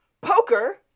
poker